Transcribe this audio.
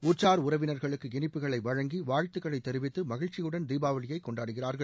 உற்றார் உறவினா்களுக்கு இனிப்புகளை வழங்கி வாழ்த்துக்களை தெரிவித்து மகிழ்ச்சியுடன் தீபாவளியை கொண்டாடுகிறார்கள்